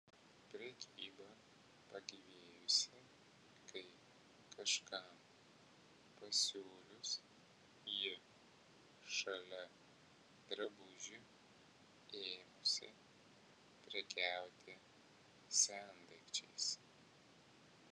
prekyba pagyvėjusi kai kažkam pasiūlius ji šalia drabužių ėmusi prekiauti sendaikčiais